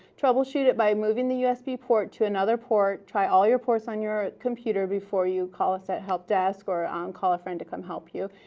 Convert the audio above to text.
troubleshoot it by moving the usb port to another port. try all your ports on your computer before you call us at help desk or call a friend to come help you.